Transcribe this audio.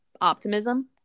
optimism